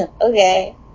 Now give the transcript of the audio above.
Okay